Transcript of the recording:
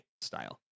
style